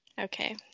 Okay